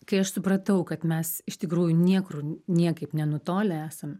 kai aš supratau kad mes iš tikrųjų niekur niekaip nenutolę esam